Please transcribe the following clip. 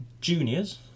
Juniors